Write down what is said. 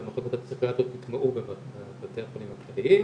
שהמחלקות הפסיכיאטריות יוטמעו בתוך בתי החולים הכלליים.